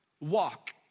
Walk